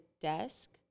desk